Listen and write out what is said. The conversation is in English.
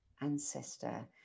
ancestor